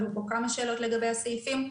עלו פה כמה שאלות לגבי הסעיפים,